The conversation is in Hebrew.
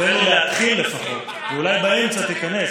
תן לי להתחיל לפחות ואולי באמצע תיכנס,